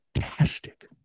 fantastic